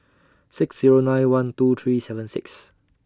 six Zero nine one two three seven six